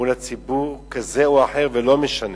מול ציבור כזה או אחר, לא משנה,